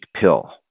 pill